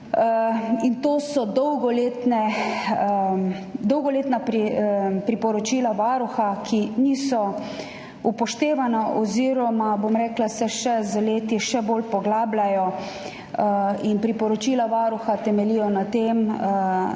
To so dolgoletna priporočila Varuha, ki niso upoštevana oziroma se z leti še bolj poglabljajo. Priporočila Varuha temeljijo na tem,